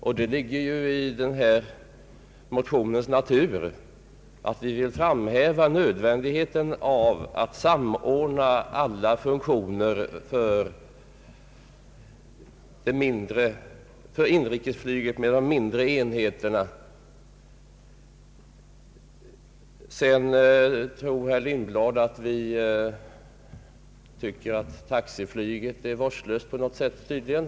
Vi vill i motionen framhålla nödvändigheten av att samordna alla funktioner för inrikesflyget med de mindre enheterna. Herr Lindblad tror tydligen att vi tycker att taxiflyget är vårdslöst på något sätt.